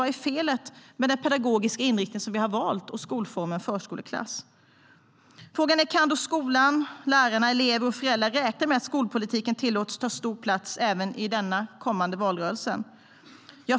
Vad är felet med den pedagogiska inriktning vi har valt och skolformen förskoleklass? Kan då skolan, lärarna, eleverna och föräldrarna räkna med att skolpolitiken tillåts ta stor plats även i den kommande valrörelsen?